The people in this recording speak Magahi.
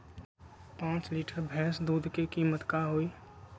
पाँच लीटर भेस दूध के कीमत का होई?